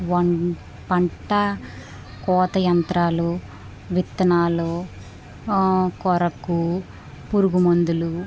one పంట కోత యంత్రాలు విత్తనాలు ఆ కొరకు పురుగుమందులు